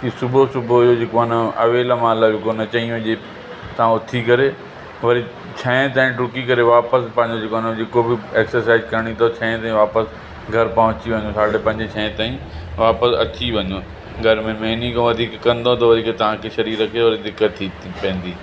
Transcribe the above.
की सुबुह सुबुह जो जेको आहे न अवेल महिल चईं वजे तव्हां उथी करे वरी छह ताईं डुकी करे वापसि पंहिंजो जेको आहे न जेको बि एक्सरसाइज करिणी अथव छह ताईं वापसि घरु पहुची वञो साढे पंजे छह ताईं वापसि अची वञो घर में इन खां वधीक कंदव त वरी तव्हांखे शरीर खे दिक़त थी थी पवंदी